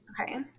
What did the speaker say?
Okay